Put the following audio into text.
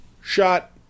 shot